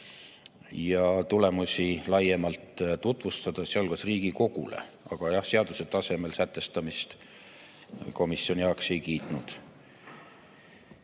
ja tulemusi laiemalt tutvustada, sealhulgas Riigikogule. Aga jah, seaduse tasemel sätestamist komisjoni heaks ei kiitnud.